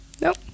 Nope